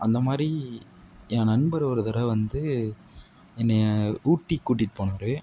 அந்த மாதிரி என் நண்பர் ஒரு தடவ வந்து என்னை ஊட்டிக்கு கூட்டிட்டு போனார்